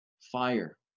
fire